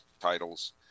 titles